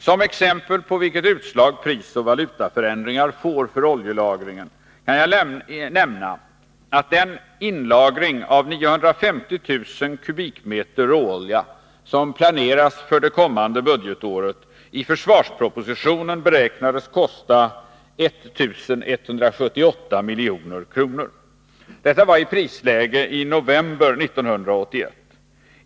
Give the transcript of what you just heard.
Som exempel på vilket utslag prisoch valutaförändringar får för oljelagringen kan jag nämna att den inlagring av 950 000 m? råolja som planeras för det kommande budgetåret i försvarspropositionen beräknades kosta 1 178 milj.kr. Detta var i prisläge november 1981.